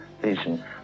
vision